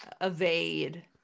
evade